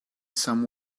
some